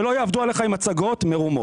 שלא יעבדו עליך עם הצגות מרומות.